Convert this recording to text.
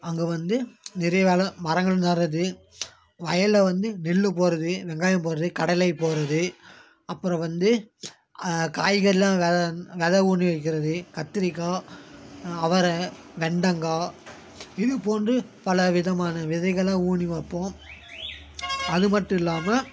அங்கே வந்து நிறைய வேலை மரங்கள் நட்டுறது வயலில் வந்து நெல்லு போடுறது வெங்காயம் போடுறது கடலை போடுறது அப்புறம் வந்து காய்கறிலாம் விதை ஊனி வைக்கிறது கத்திரிக்காய் அவரை வெண்டகாய் இது போன்று பல விதமான விதைகள்லாம் ஊனி வைப்போம் அது மட்டும் இல்லாமல்